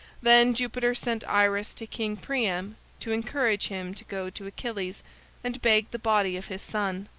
then jupiter sent iris to king priam to encourage him to go to achilles and beg the body of his son.